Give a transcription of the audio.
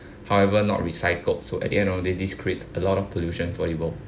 however not recycled so at the end of the day this creates a lot of pollution for the world